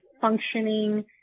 functioning